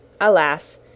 Alas